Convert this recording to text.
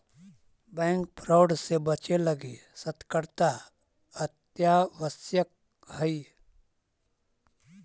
bank fraud से बचे लगी सतर्कता अत्यावश्यक हइ